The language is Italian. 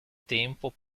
tempo